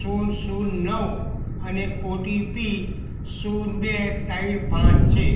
શૂન્ય શૂન્ય નવ અને ઓટીપી શૂન્ય બે ત્રણ પાંચ છે